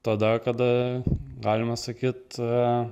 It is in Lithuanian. tada kada galima sakyt